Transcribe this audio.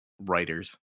writers